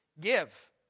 Give